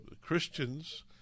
christians